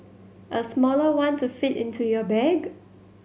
a smaller one to fit into your bag